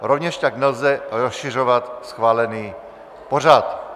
Rovněž tak nelze rozšiřovat schválený pořad.